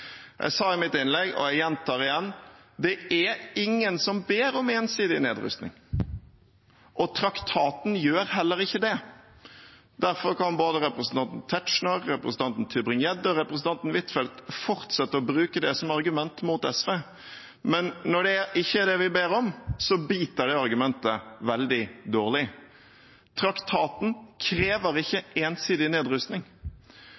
Jeg sa i mitt innlegg, og jeg gjentar det: Det er ingen som ber om ensidig nedrustning, og traktaten gjør heller ikke det. Derfor kan både representanten Tetzschner, representanten Tybring-Gjedde og representanten Huitfeldt fortsette å bruke det som argument mot SV, men når det ikke er det vi ber om, biter argumentet veldig dårlig. Traktaten krever